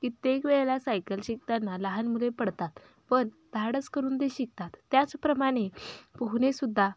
कित्येक वेळेला सायकल शिकताना लहान मुले पडतात पण धाडस करून ते शिकतात त्याचप्रमाणे पोहणेसुद्धा